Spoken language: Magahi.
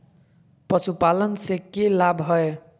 पशुपालन से के लाभ हय?